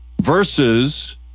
versus